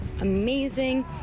amazing